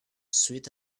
sweet